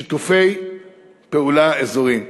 שיתופי פעולה אזוריים,